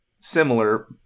similar